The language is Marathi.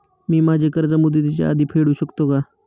मी माझे कर्ज मुदतीच्या आधी फेडू शकते का?